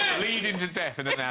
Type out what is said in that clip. leading to death in an yeah